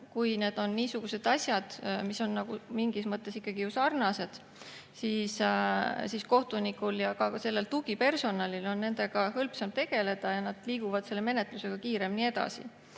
kui on niisugused asjad, mis on mingis mõttes ikkagi sarnased, siis kohtunikul ja ka tugipersonalil on nendega hõlpsam tegeleda ja nad liiguvad menetlusega kiiremini edasi.